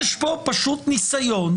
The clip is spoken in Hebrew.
יש כאן פשוט ניסיון,